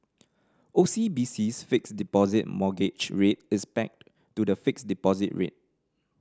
O C B C's Fixed Deposit Mortgage Rate is pegged to the fixed deposit rate